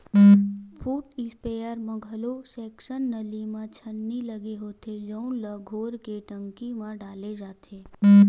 foot sprayer म घलो section नली म छन्नी लगे होथे जउन ल घोर के टंकी म डाले जाथे